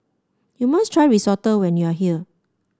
you must try Risotto when you are here